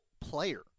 player